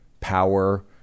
power